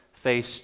face